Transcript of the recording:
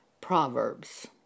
Proverbs